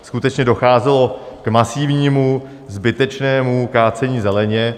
Skutečně docházelo k masivnímu, zbytečnému kácení zeleně.